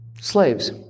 Slaves